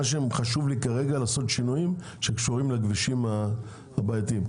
כרגע חשוב לי לעשות שינויים שקשורים לכבישים הבעייתיים.